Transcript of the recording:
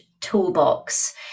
toolbox